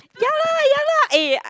ya lah ya lah eh